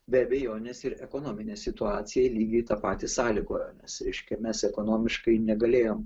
be abejonės ir ekonominė situacija lygiai tą patį sąlygojo nes reiškia mes ekonomiškai negalėjom